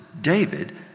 David